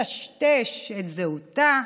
לטשטש את זהותה,